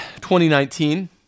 2019